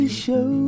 show